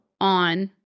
on